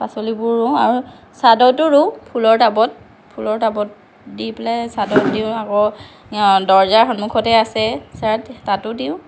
পাচলিবোৰ আৰু চাদতো ৰুওঁ ফুলৰ টাবত ফুলৰ টাবত দি পেলাই চাদত দিওঁ আকৌ দৰ্জাৰ সন্মুখতে আছে চাদ তাতো দিওঁ